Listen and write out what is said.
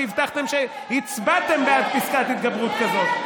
שהבטחתם והצבעתם בעד פסקת התגברות כזאת.